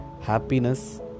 happiness